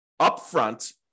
upfront